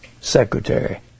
secretary